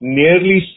nearly